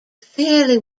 fairly